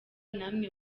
namwe